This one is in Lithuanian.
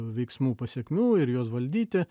veiksmų pasekmių ir juos valdyti